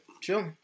Chill